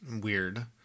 weird